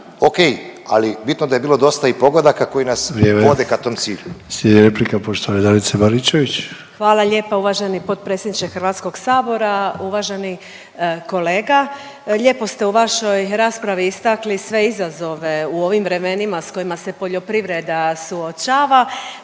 okej, ali bitno da je bilo dosta i pogodaka koji nas vode ka tom cilju.